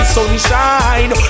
sunshine